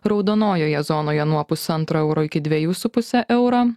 raudonojoje zonoje nuo pusantro euro iki dviejų su puse euro